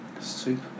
Super